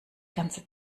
ganze